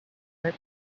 talk